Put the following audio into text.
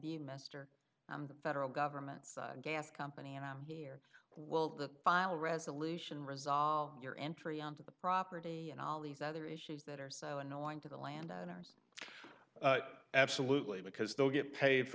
mr federal government's gas company and i'm here will the file resolution resolve your entry onto the property and all these other issues that are so annoying to the land owners absolutely because they'll get paid for